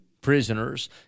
prisoners